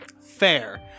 Fair